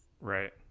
Right